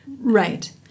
Right